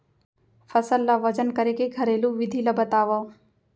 फसल ला वजन करे के घरेलू विधि ला बतावव?